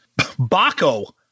Baco